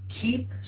Keep